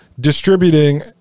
Distributing